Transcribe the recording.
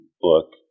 book